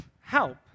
help